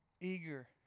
eager